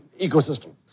ecosystem